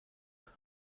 york